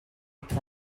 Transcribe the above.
que